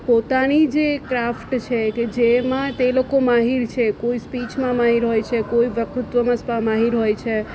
પોતાની જે ક્રાફ્ટ છે કે જેમાં તે લોકો માહેર છે કોઈ સ્પીચમાં માહેર હોય છે કોઈ વક્તૃત્ત્વમાં માહેર હોય છે